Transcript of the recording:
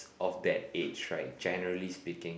of that age right generally speaking